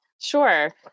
Sure